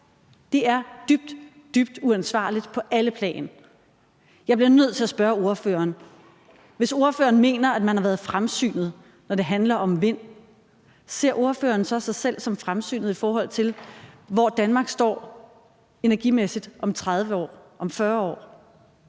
dybt, dybt uansvarligt på alle plan. Jeg bliver nødt til at spørge ordføreren om noget: Hvis ordføreren mener, at man har været fremsynet, når det handler om vind, ser ordføreren så sig selv som fremsynet, i forhold til hvor Danmark står energimæssigt om 30 år, om 40 år?